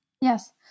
Yes